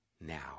now